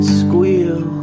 squeal